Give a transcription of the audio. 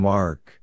Mark